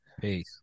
Peace